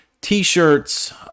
t-shirts